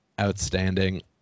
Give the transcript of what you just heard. outstanding